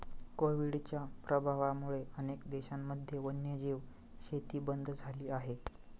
कोविडच्या प्रभावामुळे अनेक देशांमध्ये वन्यजीव शेती बंद झाली आहे